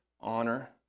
honor